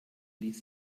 ließ